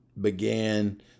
began